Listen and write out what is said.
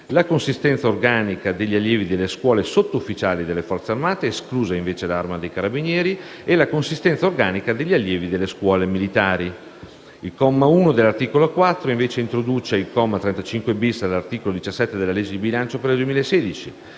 la consistenza organica degli allievi delle scuole sottufficiali delle Forze armate, esclusa l'Arma dei carabinieri e la consistenza organica degli allievi delle scuole militari. Il comma 1 dell'articolo 4 introduce il comma 35-*bis* all'articolo 17 della legge di bilancio per il 2016,